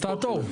אז תעתור.